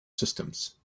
systems